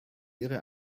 ihre